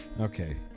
Okay